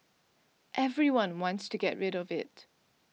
everyone wants to get rid of it